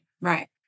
right